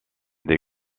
des